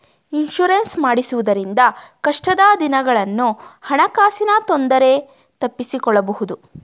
insurance ಮಾಡಿಸುವುದರಿಂದ ಕಷ್ಟದ ದಿನಗಳನ್ನು ಹಣಕಾಸಿನ ತೊಂದರೆ ತಪ್ಪಿಸಿಕೊಳ್ಳಬಹುದು